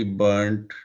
burnt